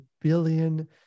billion